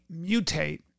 mutate